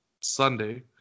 Sunday